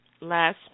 last